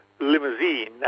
limousine